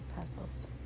puzzles